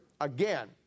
again